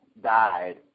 died